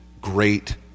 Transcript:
great